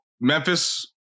Memphis